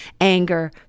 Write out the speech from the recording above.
anger